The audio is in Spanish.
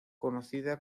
conocida